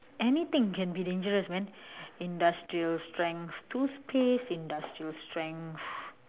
anything can be dangerous man industrial strength toothpaste industrial strength